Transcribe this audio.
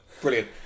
Brilliant